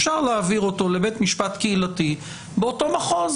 אפשר להעביר לבית משפט קהילתי באותו מחוז,